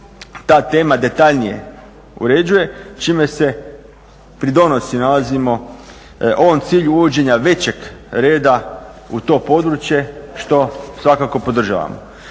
ta tema detaljnije uređuje čime se pridonosi ovom cilju većeg reda u to područje što svakako podržavamo.